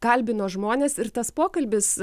kalbino žmones ir tas pokalbis